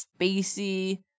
spacey